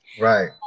Right